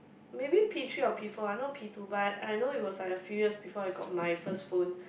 maybe P three or P four ah not P two but I I know it was like a few years before I got my first phone